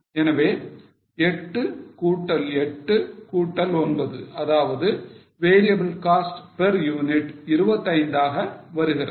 எனவே 8 கூட்டல் 8 கூட்டல் 9 அதாவது variable cost per unit 25 ஆக வருகிறது